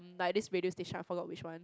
like this radio station I forgot which one